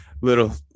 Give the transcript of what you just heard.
little